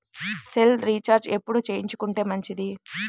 Cell recharge ఎప్పుడు చేసుకొంటే మంచిది?